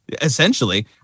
essentially